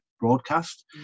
broadcast